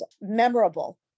memorable